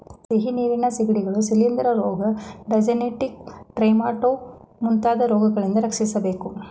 ಸಿಹಿನೀರಿನ ಸಿಗಡಿಗಳನ್ನು ಶಿಲಿಂದ್ರ ರೋಗ, ಡೈಜೆನೆಟಿಕ್ ಟ್ರೆಮಾಟೊಡ್ ಮುಂತಾದ ರೋಗಗಳಿಂದ ರಕ್ಷಿಸಬೇಕು